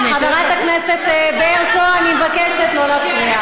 חברת הכנסת ברקו, אני מבקשת לא להפריע.